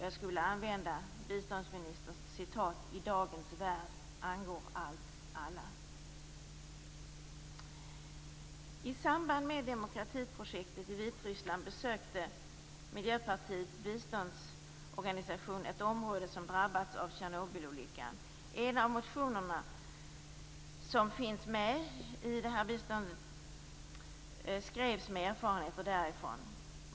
Jag skulle vilja använda biståndsministerns citat: I dagens värld angår allt alla. I samband med demokratiprojektet i Vitryssland besökte Miljöpartiets biståndsorganisation ett område som drabbats av Tjernobylolyckan. En av de motioner som finns med i det här betänkandet skrevs med erfarenheter därifrån som bakgrund.